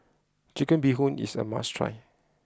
Chicken Bee Hoon is a must try